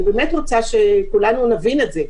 אני באמת רוצה שכולנו נבין את זה.